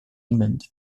england